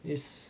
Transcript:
is